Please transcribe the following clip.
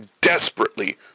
desperately